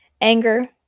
Anger